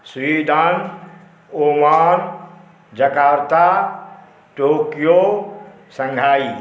Sweden Oman Jakarta Tokyo Shanghai